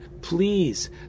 please